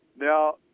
Now